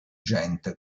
gente